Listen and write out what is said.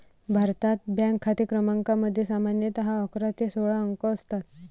भारतात, बँक खाते क्रमांकामध्ये सामान्यतः अकरा ते सोळा अंक असतात